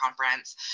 Conference